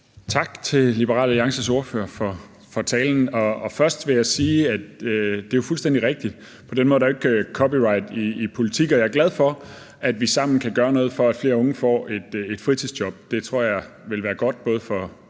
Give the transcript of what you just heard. Tak til Liberal Alliances ordfører for talen. Først vil jeg sige, at det er fuldstændig rigtigt, at der jo ikke på den måde er copyright i politik, og jeg er glad for, at vi sammen kan gøre noget for, at flere unge får et fritidsjob. Det tror jeg vil være godt både for